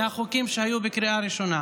מהחוקים שהיו בקריאה ראשונה,